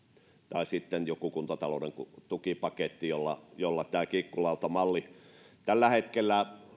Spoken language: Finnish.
tai sitten tehtäisiin joku kuntatalouden tukipaketti jolla jolla tämä kiikkulautamalli korjataan tällä hetkellä